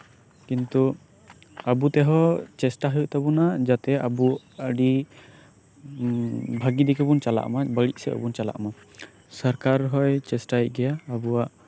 ᱠᱤᱱᱛᱩ ᱟᱵᱚ ᱛᱮᱦᱚᱸ ᱪᱮᱥᱴᱟ ᱦᱩᱭᱩᱜ ᱛᱟᱵᱚᱱᱟ ᱡᱟᱛᱮ ᱟᱵᱚ ᱟᱹᱰᱤ ᱵᱷᱟᱹᱜᱤ ᱛᱮᱜᱮ ᱵᱚᱱ ᱪᱟᱞᱟᱜ ᱢᱟ ᱵᱟᱹᱲᱤᱡ ᱥᱮᱫ ᱟᱞᱚ ᱵᱚᱱ ᱪᱟᱞᱟᱜ ᱢᱟ ᱥᱚᱨᱠᱟᱨ ᱦᱚᱭ ᱪᱮᱥᱴᱟᱭᱮᱜ ᱜᱮᱭᱟ ᱟᱵᱚᱣᱟᱜ